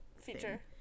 feature